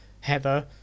Heather